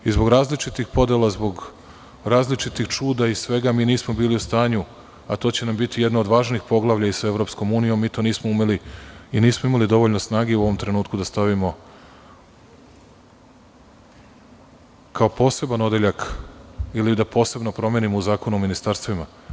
Zbog različitih podela, zbog različitih čuda i svega mi nismo bili u stanju, a to će nam biti jedna od važnih poglavlja i sa EU, mi to nismo umeli i nismo imali dovoljno snage u ovom trenutku da stavimo kao poseban odeljak ili da posebno promenimo u Zakonu o ministarstvima.